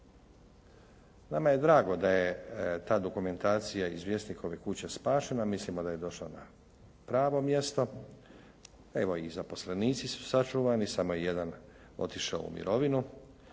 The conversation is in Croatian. Nama je drago da je ta dokumentacija iz Vjesnikove kuće spašena. Mislimo da je došla na pravo mjesto. Evo i zaposlenici su sačuvani. Samo je jedan otišao u mirovinu